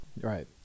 right